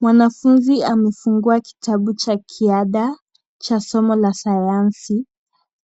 Mwanafunzi amefungua kitabu cha kiada cha somo la sayansi.